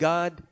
God